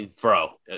Bro